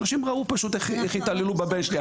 אנשים ראו פשוט איך התעללו בילד שלי.